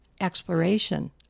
exploration